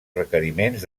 requeriments